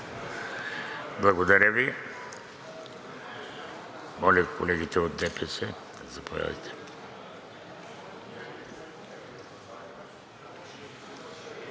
Благодаря Ви. Моля, колегите от ДПС – заповядайте.